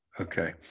okay